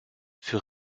fut